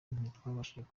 ntitwabashije